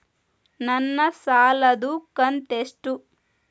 ನನ್ನ ಸಾಲದು ಕಂತ್ಯಷ್ಟು?